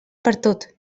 pertot